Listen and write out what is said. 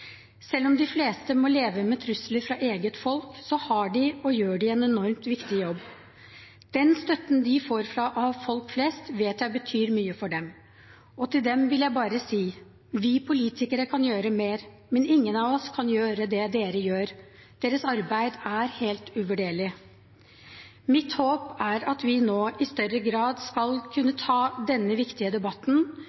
Selv om de fleste må leve med trusler fra eget folk, har de – og gjør – en enormt viktig jobb. Den støtten de får av folk flest, vet jeg betyr mye for dem, og til dem vil jeg bare si: Vi politikere kan gjøre mer, men ingen av oss kan gjøre det dere gjør. Deres arbeid er helt uvurderlig. Mitt håp er at vi nå i større grad skal